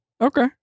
Okay